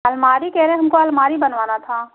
अलमारी कह रहे हमको अलमारी बनवाना था